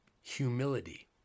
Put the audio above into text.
humility